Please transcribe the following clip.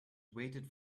waited